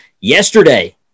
yesterday